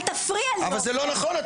לא, זה לא נכון.